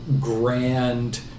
Grand